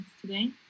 today